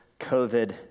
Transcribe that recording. COVID